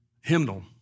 hymnal